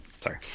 sorry